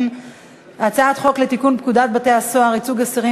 הצעת החוק עברה בקריאה ראשונה,